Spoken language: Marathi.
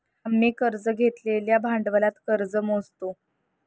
आम्ही कर्ज घेतलेल्या भांडवलात कर्ज मोजतो